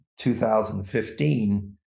2015